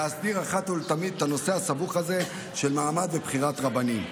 להסדיר אחת ולתמיד את הנושא הסבוך הזה של מעמד ובחירת רבנים.